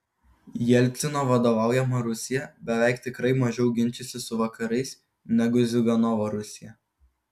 jelcino vadovaujama rusija beveik tikrai mažiau ginčysis su vakarais negu ziuganovo rusija